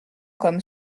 comme